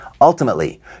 Ultimately